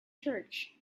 church